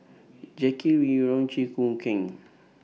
Jackie Yi Ru Chew Choo Keng